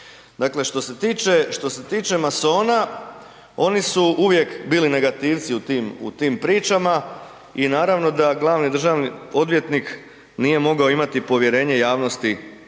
što se tiče masona oni su vijek bili negativci u tim pričama i naravno da glavni državni odvjetnik nije mogao imati povjerenje javnosti